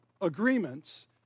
agreements